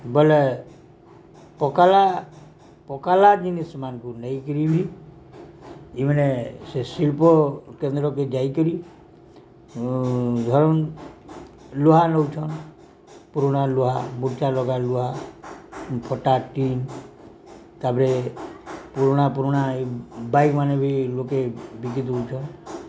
ବୋଇଲେ ପକାଲା ପକାଲା ଜିନିଷମାନଙ୍କୁ ନେଇକିରି ବିି ଏଇମାନେ ସେ ଶିଳ୍ପ କେନ୍ଦ୍ରକେ ଯାଇକରି ଧରନ୍ ଲୁହା ନଉଛନ୍ ପୁରୁଣା ଲୁହା ମୂର୍ଚା ଲଗା ଲୁହା ଫଟା ଟିନ୍ ତାପରେ ପୁରୁଣା ପୁରୁଣା ଏ ବାଇକ୍ମାନେ ବି ଲୋକେ ବିକି ଦେଉଛନ୍